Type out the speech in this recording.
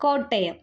Kottayam